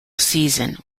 season